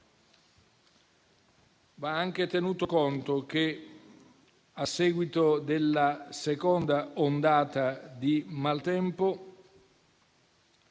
Va anche tenuto conto che, a seguito della seconda ondata di maltempo,